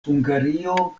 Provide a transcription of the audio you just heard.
hungario